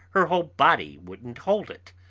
her whole body wouldn't hold it.